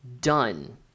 Done